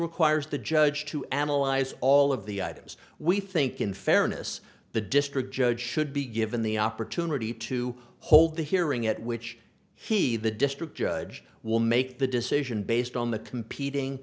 requires the judge to analyze all of the items we think in fairness the district judge should be given the opportunity to hold the hearing at which he the district judge will make the decision based on the competing